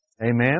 Amen